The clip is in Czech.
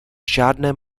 žádném